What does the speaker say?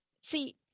See